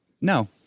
No